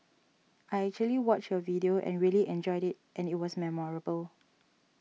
I actually watched your video and really enjoyed it and it was memorable